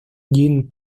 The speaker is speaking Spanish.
jean